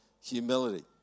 humility